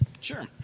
sure